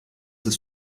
ist